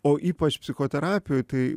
o ypač psichoterapijoj tai